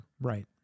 Right